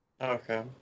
okay